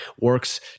works